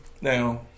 now